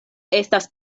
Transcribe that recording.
estas